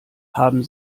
haben